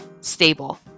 stable